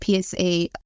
PSA